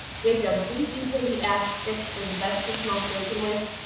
jacob, didn't you say the ash sticks were the best to smoke bacon with?